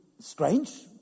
strange